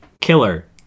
Killer